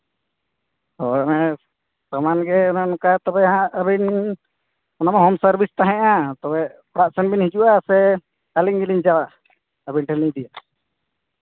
ᱦᱳᱭ ᱟᱨ ᱥᱟᱢᱟᱱᱜᱮ ᱚᱱᱮ ᱚᱱᱠᱟ ᱛᱚᱵᱮ ᱦᱟᱸᱜ ᱨᱤᱱ ᱦᱳᱢ ᱥᱟᱨᱵᱷᱤᱥ ᱛᱟᱦᱮᱸᱜᱼᱟ ᱛᱚᱵᱮ ᱚᱲᱟᱜ ᱥᱮᱱ ᱵᱮᱱ ᱦᱤᱡᱩᱜᱼᱟ ᱥᱮ ᱟᱹᱞᱤᱧ ᱜᱮᱞᱤᱧ ᱪᱟᱞᱟᱜᱼᱟ ᱟᱹᱵᱤᱱ ᱴᱷᱮᱱ ᱞᱤᱧ ᱤᱫᱤᱭᱟ